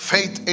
Faith